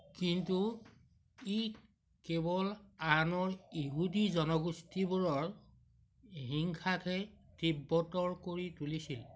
কিন্তু ই কেৱল আন ইহুদী জনগোষ্ঠীবোৰৰ হিংসাকহে তীব্ৰতৰ কৰি তুলিছিল